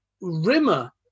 Rimmer